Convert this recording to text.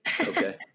okay